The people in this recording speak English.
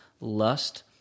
lust